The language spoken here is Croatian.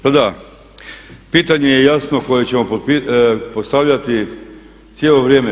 Pa da, pitanje je jasno koje ćemo postavljati cijelo vrijeme.